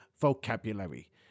vocabulary